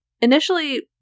Initially